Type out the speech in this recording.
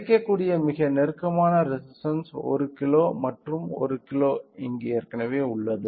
கிடைக்கக்கூடிய மிக நெருக்கமான ரெசிஸ்டன்ஸ் 1 கிலோ மற்றும் 1 கிலோ ஏற்கனவே இங்கே உள்ளது